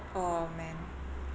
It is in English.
oh man